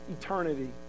eternity